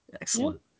excellent